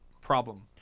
problem